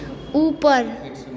ऊपर